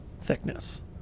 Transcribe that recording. thickness